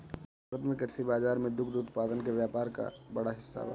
भारत में कृषि के बाजार में दुग्ध उत्पादन के व्यापार क बड़ा हिस्सा बा